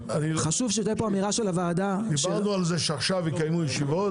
דיברנו על זה שעכשיו יקיימו ישיבות,